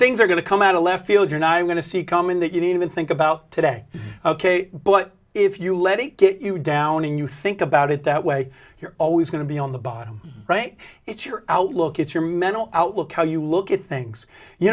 things are going to come out of left field you're not going to see coming that you didn't think about today ok but if you let it get you down and you think about it that way you're always going to be on the bottom right it's your outlook it's your mental outlook how you look at things you